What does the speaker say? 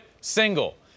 single